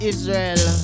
Israel